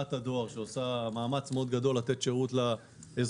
הנהלת הדואר שעושה מאמץ מאוד גדול לתת שירות לאזרחים.